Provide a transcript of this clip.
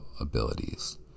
abilities